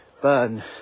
burn